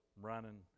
running